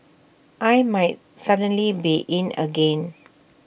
I might suddenly be in again